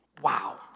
Wow